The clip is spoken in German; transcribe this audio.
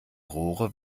rohre